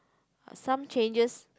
some changes